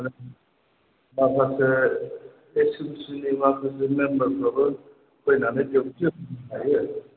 माखासे एसएमसिनि माखासे मेम्बारफ्राबो फैनानै डिउटि होफैनो हायो